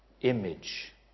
image